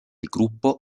gruppo